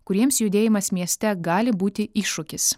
kuriems judėjimas mieste gali būti iššūkis